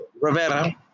Rivera